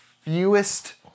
fewest